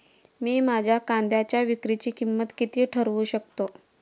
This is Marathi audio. मी माझ्या कांद्यांच्या विक्रीची किंमत किती ठरवू शकतो?